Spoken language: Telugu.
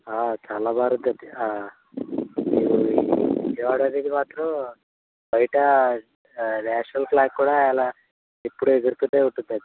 చాలా మారిందండి విజయవాడ అనేది మాత్రం బయట నేషనల్ ఫ్లాగ్ కూడా అలా ఎప్పుడూ ఎగురుతూనే ఉంటుందండి